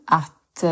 att